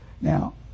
Now